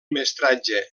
mestratge